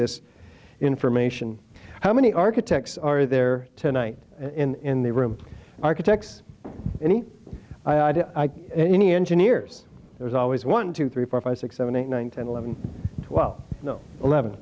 this information how many architects are there tonight in the room architects any idea any engineers there's always one two three four five six seven eight nine ten eleven twelve eleven